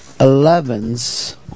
Eleven's